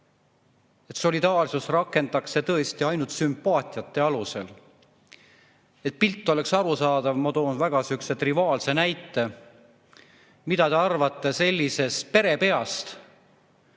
et solidaarsust rakendatakse siin tõesti ainult sümpaatiate alusel. Et pilt oleks arusaadav, ma toon sihukese väga triviaalse näite. Mida te arvate sellisest perepeast,